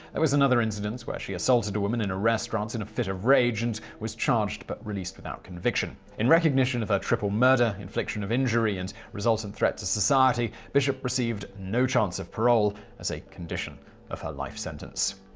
there was another incident where she assaulted a woman in a restaurant in a fit of rage and was charged but released without conviction. in recognition of her triple murder, infliction of injury and resultant threat to society, bishop received no chance of parole as a condition of her life sentence.